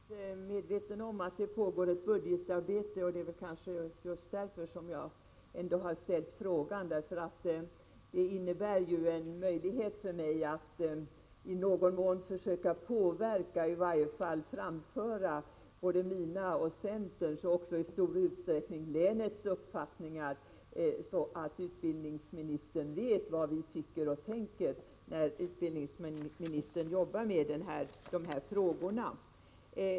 Herr talman! Jag är naturligtvis medveten om att det pågår budgetarbete, och det är just därför som jag har ställt frågan. Det ger mig en möjlighet att i varje fall framföra min egen, centerns och i stor utsträckning länets uppfattning, så att utbildningsministern vet vad vi tycker och tänker när utbildningsministern arbetar med de här frågorna.